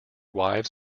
wives